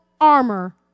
armor